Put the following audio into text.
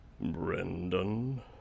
Brendan